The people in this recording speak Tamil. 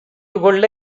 கொள்ள